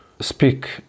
speak